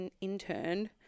interned